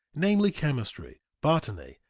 namely, chemistry, botany,